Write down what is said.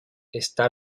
está